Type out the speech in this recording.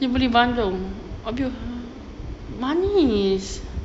dia beli bandung manis